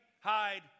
hide